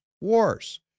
wars